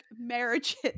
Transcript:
marriages